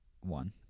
One